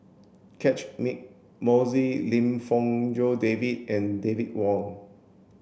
Catchick Moses Lim Fong Jock David and David Wong